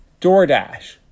DoorDash